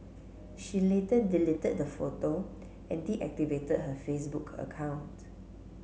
she later deleted the photo and deactivated her Facebook account